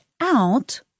out